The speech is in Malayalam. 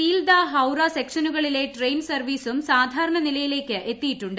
സീൽദാ ഹൌറ സെക്ഷനുകളിലെ ട്രെയിൻ സർവ്വീസും സാധാരണ നിലയിലേക്ക് എത്തിയിട്ടുണ്ട്